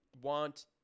want